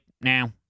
now